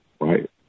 right